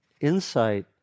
insight